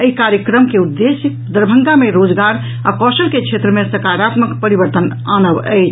एहि कार्यक्रम के उद्देश्य दरभंगा मे रोजगार आ कौशल के क्षेत्र मे सकारात्मक परिवर्तन आनब अछि